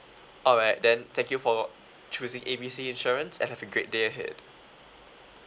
alright then thank you for choosing A B C insurance and have a great day ahead